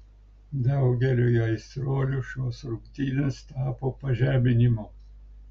daugeliui aistruolių šios rungtynės tapo pažeminimu